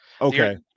okay